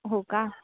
हो का